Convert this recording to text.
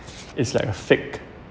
it's like a fake